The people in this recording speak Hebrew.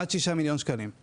עד 6 מיליון ₪ מקסימום.